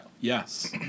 Yes